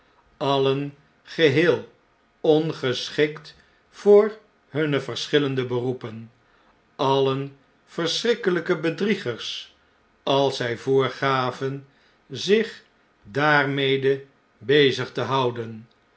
alien geheel ongeschikt voor hunne verschillende beroepen alien verschrikkelijke bedriegers als zij voorgaven zich daarmede bezig te houden